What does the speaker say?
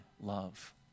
love